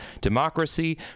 democracy